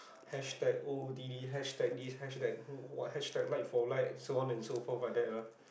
hashtag o_o_t_d hashtag this hashtag what hashtag like for like so on and so forth like that lah